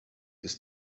ist